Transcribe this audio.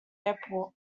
airport